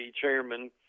chairman